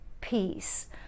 peace